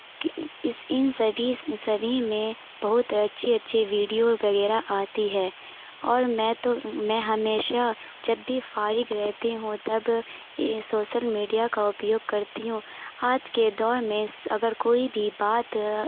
کہ اس ان سبھی سبھی میں بہت اچھی اچھی ویڈیو وغیرہ آتی ہے اور میں تو میں ہمیشہ جب بھی فارغ رہتی ہوں تب سوشل میڈیا کا اپیوگ کرتی ہوں آج کے دور میں اگر کوئی بھی بات